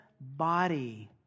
body